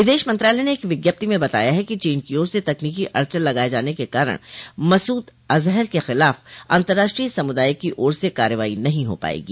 विदेश मंत्रालय ने एक विज्ञप्ति में बताया है चीन की ओर से तकनीकी अड़चन लगाए जाने के कारण मसूद अजहर के खिलाफ अंतराष्ट्रीय समुदाय की ओर से कार्रवाई नहीं हो पाएगी